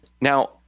Now